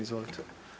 Izvolite.